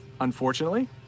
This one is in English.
unfortunately